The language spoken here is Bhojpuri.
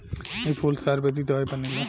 ए फूल से आयुर्वेदिक दवाई बनेला